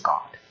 God